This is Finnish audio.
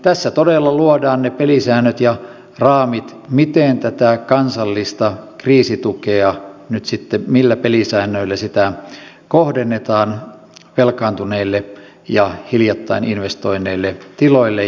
tässä lakiesityksessä todella luodaan ne raamit ja pelisäännöt millä tätä kansallista kriisitukea nyt sitten kohdennetaan velkaantuneille ja hiljattain investoineille tiloille